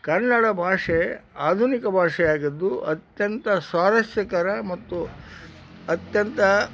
ಕನ್ನಡ ಭಾಷೆ ಆಧುನಿಕ ಭಾಷೆಯಾಗಿದ್ದು ಅತ್ಯಂತ ಸ್ವಾರಸ್ಯಕರ ಮತ್ತು ಅತ್ಯಂತ